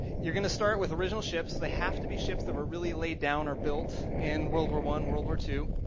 you're going to start with original ships. they have to be ships that were really lay down or built in world war one, world war two.